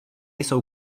jsou